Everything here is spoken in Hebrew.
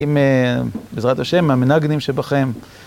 עם... בעזרת ה' המנגנים שבכם